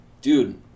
Dude